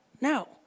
No